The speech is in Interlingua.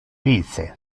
vice